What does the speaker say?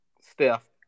Steph